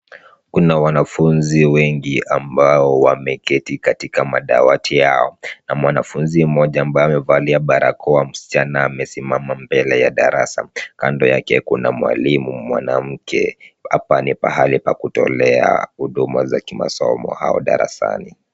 Kuna wanafunzi wengi ambao wameketi katika madawati yao. Na mwanafunzi mmoja ambaye amevalia barakoa msichana amesimama mbele ya darasa, kando yake kuna Mwalimu mwanamke .Hapa ni pahali pakutolea huduma za masomo au darasani.